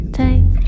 take